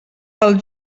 pel